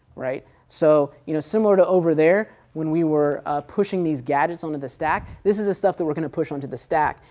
right. so you know similar to over there, when we were pushing these gadgets onto the stack, this is the stuff that we're going to push onto the stack,